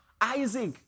Isaac